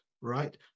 right